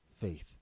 faith